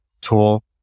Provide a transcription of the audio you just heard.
tool